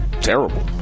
terrible